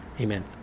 Amen